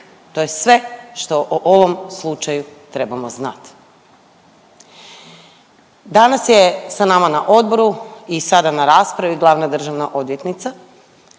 To je sve što o ovom slučaju trebamo znat. Danas je sa nama na odboru i sada na raspravi glavna državna odvjetnica